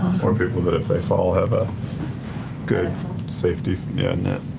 or people that if they fall, have a good safety net. and